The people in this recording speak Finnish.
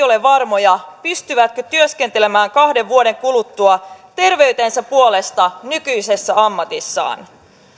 ole varmoja pystyvätkö työskentelemään kahden vuoden kuluttua terveytensä puolesta nykyisessä ammatissaan